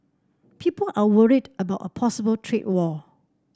people are worried about a possible trade war